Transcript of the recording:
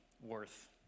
worth